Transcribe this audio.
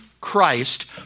Christ